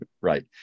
right